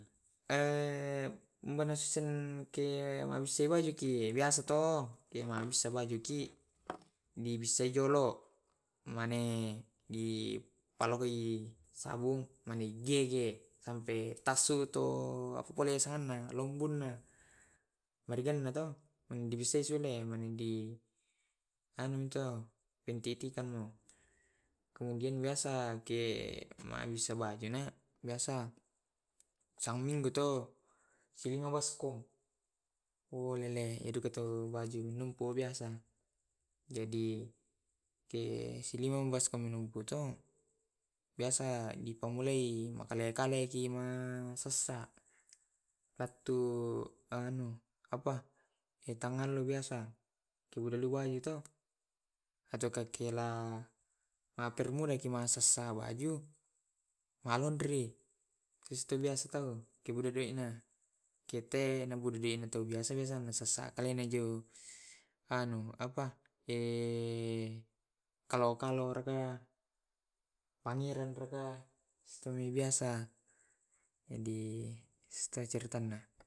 manessengke masesewai yaki biasa to di bissai jolo, mane di pallogoi sabung manu gegge sampai tassu tu apa pole sana longbuna mari gana to. Mande bissai anu to. Pendidikan kemudian biasa ke mabisa majuna biasa sa minggu to ku lelle baju numpu biasa jadi, ke to biasa dipammulai makale kale ki masessa. Waktu anu apa etangallo biasa ki beda luai to aju kakelai ma sessa baju na laundry wi biasa tau kebuda doina. kete na buda taina tebiasa ma sessa kalenejo anu apa kalo anu anu raka raka biasa di ceritana.